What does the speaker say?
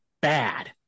bad